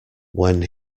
when